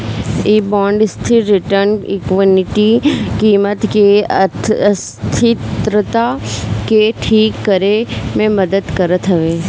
इ बांड स्थिर return equity कीमत के अस्थिरता के ठीक करे में मदद करत हवे